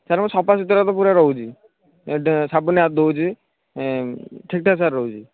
sir ମୁଁ ସଫାସୁତରା ତ ପୁରା ରହୁଛି ସାବୁନରେ ହାତ ଧୋଉଛି ଠିକ୍ଠାକ୍ ସାର୍ ରହୁଛି